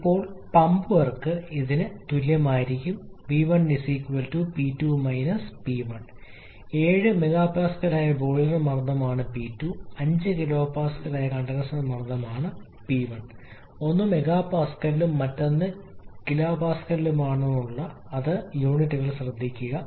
ഇപ്പോൾ pump work ഇതിന് തുല്യമായിരിക്കും 𝑣1 𝑃2 𝑃1 7 MPa ആയ ബോയിലർ മർദ്ദമാണ് പി 2 5 kPa ആയ ഒരു കണ്ടൻസർ മർദ്ദമാണ് പി 1 ഒന്ന് എംപിഎയിലും മറ്റൊന്ന് കെപിഎയിലുമുള്ള യൂണിറ്റുകളെക്കുറിച്ച് ശ്രദ്ധിക്കുക